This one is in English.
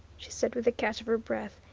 she said with a catch of her breath.